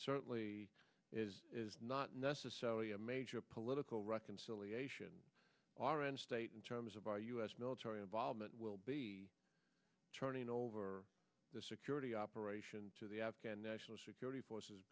certainly is not necessarily a major political reconciliation or end state in terms of our u s military involvement will be turning over the security operation to the afghan national security forces